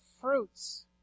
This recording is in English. fruits